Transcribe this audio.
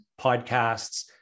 podcasts